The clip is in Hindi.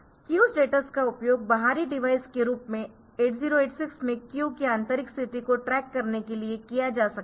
क्यू स्टेटस का उपयोग बाहरी डिवाइस के रूप में 8086 में क्यू की आंतरिक स्थिति को ट्रैक करने के लिए किया जा सकता है